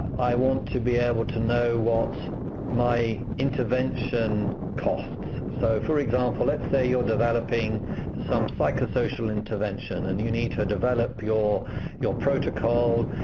i want to be able to know what my intervention costs. so for example, let's say you're developing some psychosocial intervention, and you need to develop your your protocol,